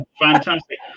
fantastic